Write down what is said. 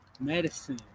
medicine